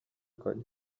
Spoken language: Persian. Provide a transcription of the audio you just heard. کنین